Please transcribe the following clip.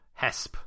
Hesp